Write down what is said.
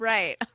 Right